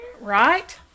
Right